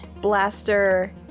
blaster